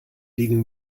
liegen